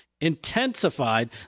intensified